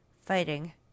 fighting